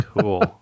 Cool